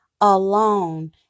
alone